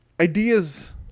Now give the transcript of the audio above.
ideas